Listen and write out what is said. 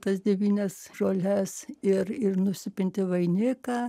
tas devynias žoles ir ir nusipinti vainiką